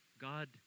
God